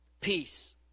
peace